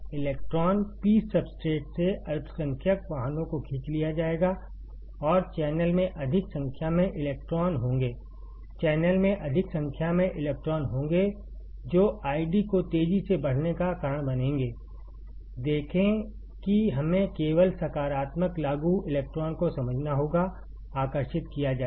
electron P substrate से अल्पसंख्यक वाहकों को खींच लिया जाएगा और चैनल में अधिक संख्या में इलेक्ट्रॉन होंगे चैनल में अधिक संख्या में इलेक्ट्रॉन होंगे जो आईडी को तेजी से बढ़ाने का कारण बनेंगे देखें कि हमें केवल सकारात्मक लागू इलेक्ट्रॉन को समझना होगा आकर्षित किया जाएगा